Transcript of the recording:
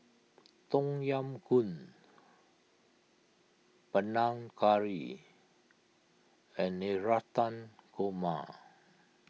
Tom Yam Goong Panang Curry and Navratan Korma